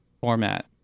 format